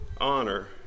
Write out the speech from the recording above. Honor